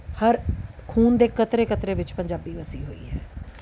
ਹਰ ਖੂਨ ਦੇ ਕਤਰੇ ਕਤਰੇ ਵਿੱਚ ਪੰਜਾਬੀ ਵਸੀ ਹੋਈ ਹੈ